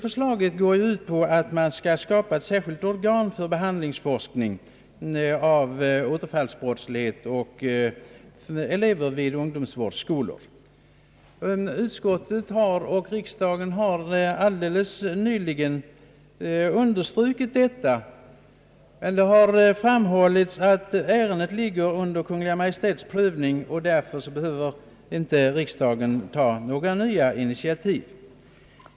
Förslaget innebär att man skall skapa ett särskilt organ för behandlingsforskning när det gäller återfallsbrottslighet och elever vid ungdomsvårdsskolor. Utskottet och riksdagen har som sagt nyligen understrukit detta men framhållit att ärendet ligger under Kungl. Maj:ts prövning; därför behöver inte riksdagen ta några nya initiativ.